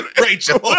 Rachel